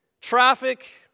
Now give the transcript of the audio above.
traffic